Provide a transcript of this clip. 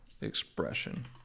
expression